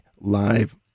live